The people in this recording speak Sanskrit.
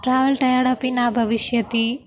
ट्रावेल् टयर्ड् अपि न भविष्यति